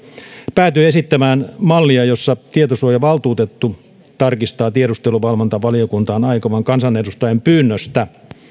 päätyi esittämään mallia jossa tietosuojavaltuutettu tarkistaa tiedusteluvalvontavaliokuntaan aikovan kansanedustajan pyynnöstä